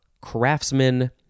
craftsman